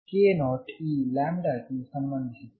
ko ಈ ಲ್ಯಾಂಬ್ಡಾಕ್ಕೆ ಸಂಬಂಧಿಸಿದೆ